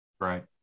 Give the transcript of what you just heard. Right